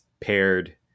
paired